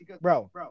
bro